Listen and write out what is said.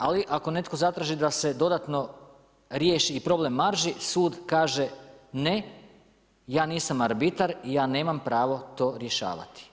Ali ako netko zatraži da se dodatno riješi i problem marži sud kaže ne, ja nisam arbitar i ja nemam pravo to rješavati.